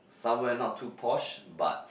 somewhere not too posh but